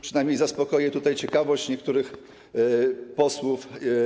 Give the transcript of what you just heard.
Przynajmniej zaspokoję ciekawość niektórych posłów.